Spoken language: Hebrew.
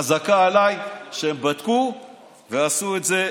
חזקה עליי שהם בדקו ועשו את זה,